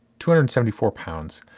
two hundred and seventy four pounds.